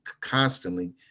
constantly